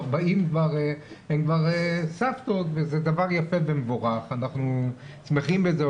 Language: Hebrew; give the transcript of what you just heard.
40 הן כבר סבתות וזה דבר יפה ומבורך ואנחנו שמחים בזה,